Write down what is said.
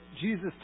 Jesus